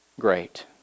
great